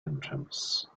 entrance